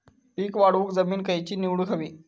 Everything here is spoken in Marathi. पीक वाढवूक जमीन खैची निवडुक हवी?